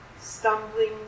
Stumbling